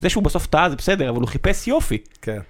זה שהוא בסוף טעה, זה בסדר, אבל הוא חיפש יופי. כן.